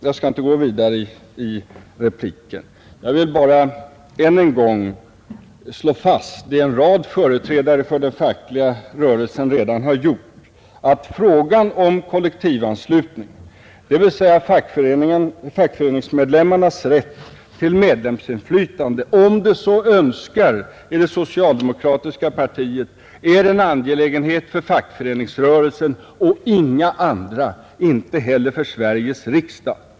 Jag skall inte gå vidare i repliken. Jag vill bara än en gång slå fast det en rad företrädare för den fackliga rörelsen redan har gjort, nämligen att frågan om kollektivanslutning, dvs. fackföreningsmedlemmarnas rätt till medlemsinflytande, om de så önskar, i det socialdemokratiska partiet, är en angelägenhet för fackföreningsrörelsen och inga andra, inte heller för Sveriges riksdag.